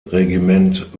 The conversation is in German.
regiment